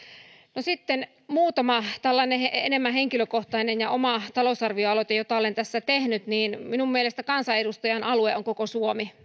sitten muutama enemmän henkilökohtainen ja oma talousarvioaloite joita olen tässä tehnyt minun mielestäni kansanedustajan alue on koko suomi